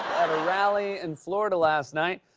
at a rally in florida last night,